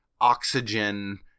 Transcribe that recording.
oxygen